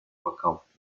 verkauft